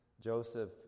Joseph